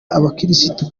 abakirisitu